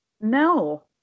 No